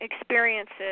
experiences